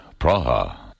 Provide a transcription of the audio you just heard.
Praha